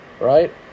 Right